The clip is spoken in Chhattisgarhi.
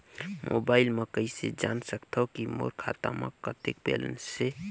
मोबाइल म कइसे जान सकथव कि मोर खाता म कतेक बैलेंस से?